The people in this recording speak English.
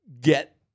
Get